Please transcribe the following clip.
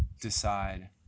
decide